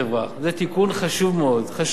זה תיקון חשוב מאוד, חשוב מאוד.